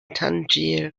tangier